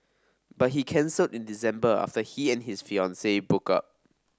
but he cancelled in December after he and his fiancee broke up